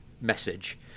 message